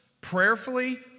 prayerfully